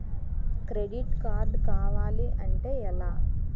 Credit card కావాలి అంటే ఎలా?